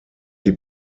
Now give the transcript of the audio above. die